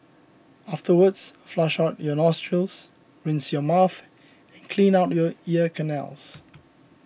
afterwards flush on your nostrils rinse your mouth and clean out your ear canals